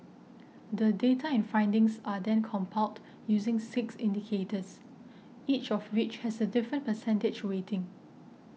the data and findings are then compiled using six indicators each of which has a different percentage weighting